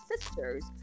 sisters